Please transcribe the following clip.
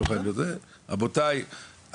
רבותיי,